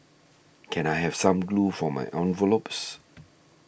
can I have some glue for my envelopes